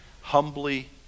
humbly